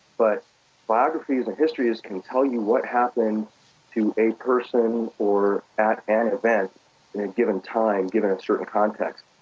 but biographies and histories can tell you what happened to a person or at an event in a given time, given a certain context,